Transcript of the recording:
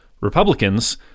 Republicans